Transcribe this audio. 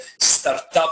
startup